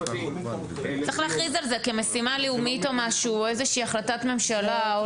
צריך להכריז על זה כמשימה לאומית או איזושהי החלטת ממשלה.